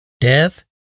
Death